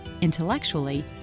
intellectually